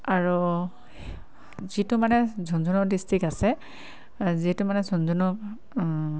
আৰু যিটো মানে ঝুনঝুনু ডিষ্ট্ৰিক্ট আছে যিহেতু মানে ঝুনঝুনু